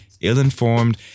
ill-informed